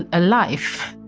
ah a life